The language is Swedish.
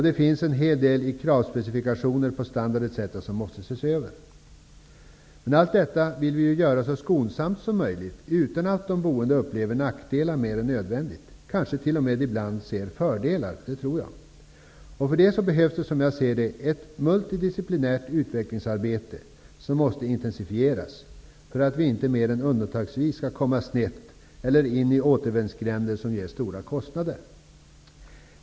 Det finns en hel del i kravspecifikationer på standard etc. som måste ses över. Men allt detta vill vi göra så skonsamt som möjligt, utan att de boende upplever nackdelar mer än nödvändigt. De kanske t.o.m. ibland kan se fördelar, det tror jag. För detta behövs det, som jag ser det, ett multidisciplinärt utvecklingsarbete, som måste intensifieras för att vi inte mer än undantagsvis skall komma snett eller in i återvändsgränder som ger stora kostnader.